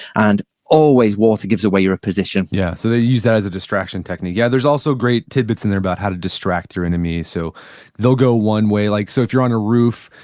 and always water gives away your position yeah so they used that as a distraction technique. yeah there's also great tidbits in there about how to distract your enemy. so they'll go one way, like so if you're on a roof,